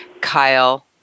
Kyle